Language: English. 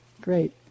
Great